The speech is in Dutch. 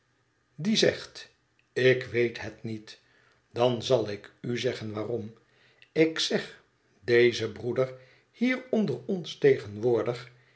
die zegt ik weet het niet dan zal ik u zeggen waarom ik zeg deze broeder hier onder ons tegenwoordig